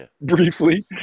briefly